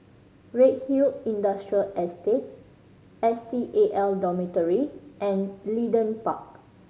Redhill Industrial Estate S C A L Dormitory and Leedon Park